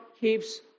keeps